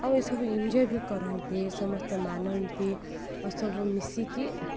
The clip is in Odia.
ଆଉ ଏସବୁ ଏଞ୍ଜୟେ ବି କରନ୍ତି ସମସ୍ତେ ମାନନ୍ତି ଆଉ ସବୁ ମିଶିକି